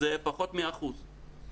זה פחות מאחוז,